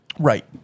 Right